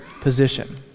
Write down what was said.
position